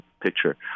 picture